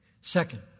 Second